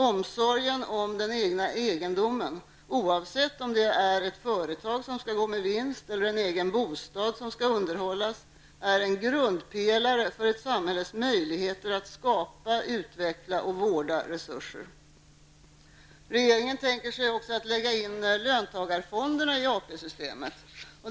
Omsorgen om den egna egendomen, oavsett om det är ett eget företag som skall gå med vinst eller en egen bostad som skall underhållas, är en grundpelare för ett samhälles möjligheter att skapa, utveckla och vårda resurser. Regeringen tänker sig också att lägga in löntagarfonerna i AP-systemet.